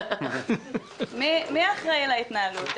מי אחראי על ההתנהלות?